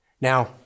Now